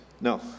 No